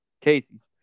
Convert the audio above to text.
Casey's